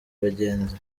abagenzi